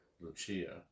Lucia